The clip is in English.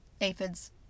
aphids